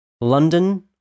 London